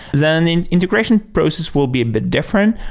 then the integration process will be a bit different.